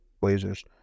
Blazers